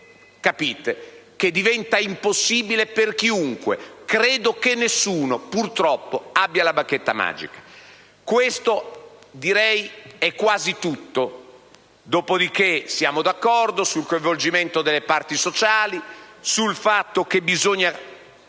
capite che diventa impossibile per chiunque governare, e credo che nessuno, purtroppo, abbia la bacchetta magica. Questo è quasi tutto. Dopodiché siamo d'accordo sul coinvolgimento delle parti sociali, sul fatto che bisogna